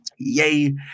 Yay